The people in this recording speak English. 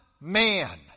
man